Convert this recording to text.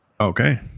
okay